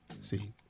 See